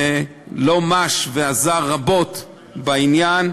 שלא מש ועזר רבות בעניין.